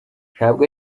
ntabwo